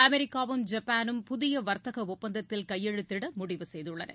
அமெரிக்காவும் ஜப்பானும் புதிய வர்த்தக ஒப்பந்தத்தில் கையெழுத்திட முடிவு செய்துள்ளன